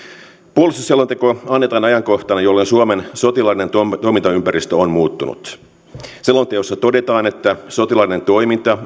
puolustusselonteko annetaan ajankohtana jolloin suomen sotilaallinen toimintaympäristö on muuttunut selonteossa todetaan että sotilaallinen toiminta